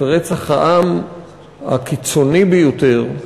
את רצח העם הקיצוני ביותר,